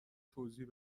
توضیح